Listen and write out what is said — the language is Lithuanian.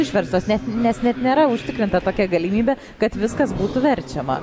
išverstos net nes net nėra užtikrinta tokia galimybė kad viskas būtų verčiama